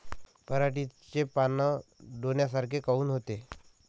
पराटीचे पानं डोन्यासारखे काऊन होते?